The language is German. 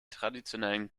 traditionellen